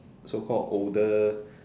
so called older